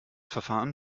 verfahren